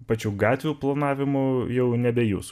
pačių gatvių planavimų jau nebe jūs